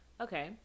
Okay